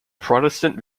protestant